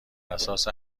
اساس